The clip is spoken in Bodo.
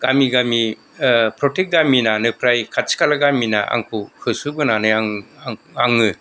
गामि गामि प्रतेक गामिनानो फ्राय खाथि खाला गामिना आंखौ होसो बोनानै आं आङो